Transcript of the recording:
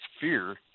fear